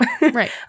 Right